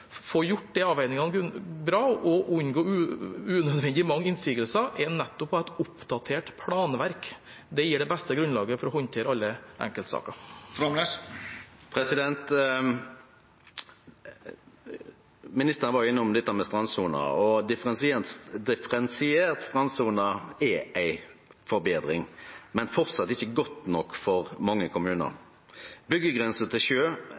få gjort de avveiingene bra og unngå unødvendig mange innsigelser, er å ha et oppdatert planverk. Det gir det beste grunnlaget for å håndtere alle enkeltsakene. Ministeren var innom dette med strandsona, og differensiert strandsone er ei forbetring, men det er framleis ikkje godt nok for mange kommunar. Byggegrensa til